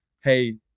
hey